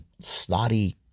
snotty